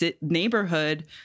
neighborhood